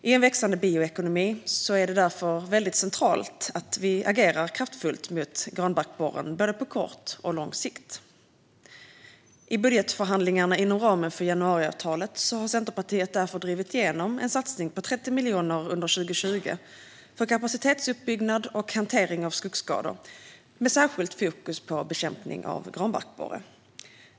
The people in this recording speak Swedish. I en växande bioekonomi är det därför centralt att agera kraftfullt mot granbarkborren på både kort och lång sikt. I budgetförhandlingarna inom ramen för januariavtalet har Centerpartiet därför drivit igenom en satsning på 30 miljoner under 2020 för kapacitetsuppbyggnad och hantering av skogsskador, med särskilt fokus på bekämpning av granbarkborre.